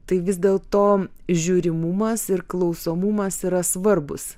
tai vis dėl to žiūrimumas ir klausomumas yra svarbūs